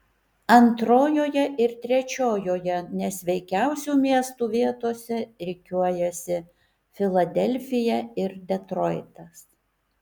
antrojoje ir trečiojoje nesveikiausių miestų vietose rikiuojasi filadelfija ir detroitas